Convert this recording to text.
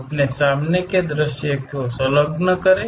अपने सामने का दृश्य को संलग्न करें